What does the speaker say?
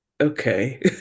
okay